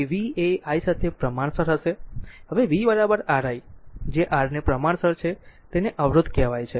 તેથી v એ i સાથે પ્રમાણસર છે હવે v Ri જે R ને પ્રમાણસર છે તેને અવરોધ કહેવાય છે